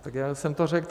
Tak já jsem to řekl.